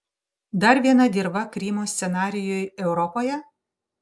dar viena dirva krymo scenarijui europoje